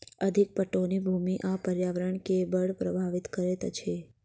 अधिक पटौनी भूमि आ पर्यावरण के बड़ प्रभावित करैत अछि